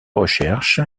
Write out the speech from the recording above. recherche